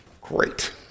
Great